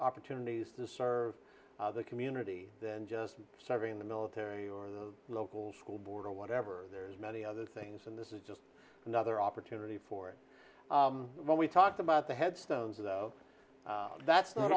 opportunities to serve the community than just serving in the military or the local school board or whatever there's many other things and this is just another opportunity for it when we talk about the headstones though that's not